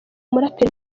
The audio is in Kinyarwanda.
umuraperi